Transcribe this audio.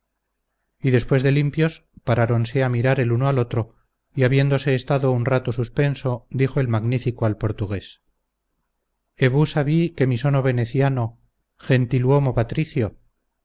y después de limpios paráronse a mirar el uno al otro y habiéndose estado un rato suspenso dijo el magnífico al portugués é vu sabi che mi sono veneciano gentil huomo patricio